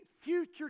future